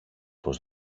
πως